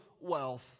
wealth